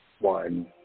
one